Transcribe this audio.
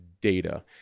data